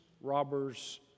robbers